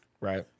right